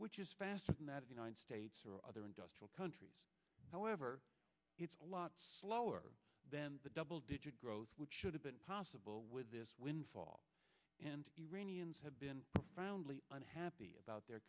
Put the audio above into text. which is faster than that of united states or other industrial countries however it's a lot slower than the double digit growth which should have been possible with this windfall and iranians have been roundly unhappy about their